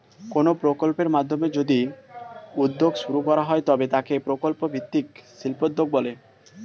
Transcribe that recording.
কোনো প্রকল্পের মাধ্যমে যদি উদ্যোগ শুরু করা হয় তবে তাকে প্রকল্প ভিত্তিক শিল্পোদ্যোগ বলে